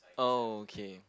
oh okay